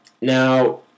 Now